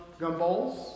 gumballs